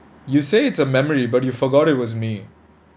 you say it's a memory but you forgot it was me